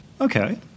Okay